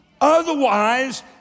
Otherwise